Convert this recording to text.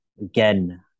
Again